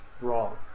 wrong